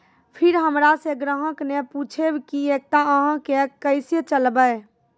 फिर हमारा से ग्राहक ने पुछेब की एकता अहाँ के केसे चलबै?